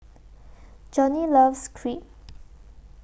Johnny loves Crepe